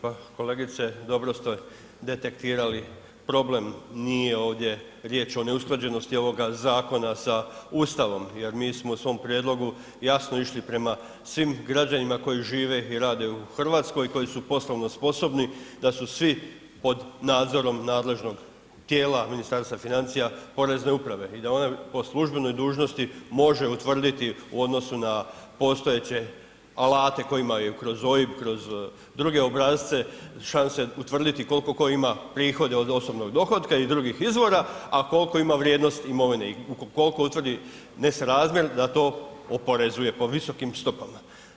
Pa kolegice, dobro ste detektirali problem, nije ovdje riječ o neusklađenosti ovoga zakona sa Ustavom jer mi smo u svom prijedlogu jasno išli prema svim građanima koji žive i rade u RH i koji su poslovno sposobni, da su svi pod nadzorom nadležnog tijela Ministarstva financija porezne uprave i da one po službenoj dužnosti može utvrditi u odnosu na postojeće alate koje imaju kroz OIB, kroz druge obrasce, šanse utvrditi koliko tko ima prihode od osobnog dohotka i drugih izvora, a koliko ima vrijednost imovine i koliko utvrdi nesrazmjer da to oporezuje po visokim stopama.